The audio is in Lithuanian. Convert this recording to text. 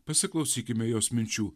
pasiklausykime jos minčių